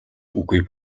үгүй